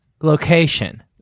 location